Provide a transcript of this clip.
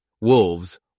wolves